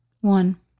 One